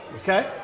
Okay